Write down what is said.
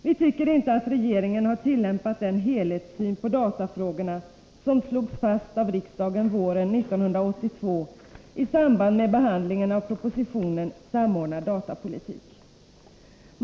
Vi tycker inte att regeringen har tillämpat den helhetssyn på datafrågorna som slogs fast av riksdagen våren 1982 i samband med behandlingen av propositionen om samordnad datapolitik.